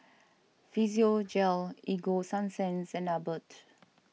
Physiogel Ego Sunsense and Abbott